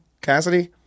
Cassidy